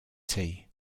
tea